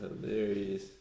hilarious